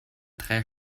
drei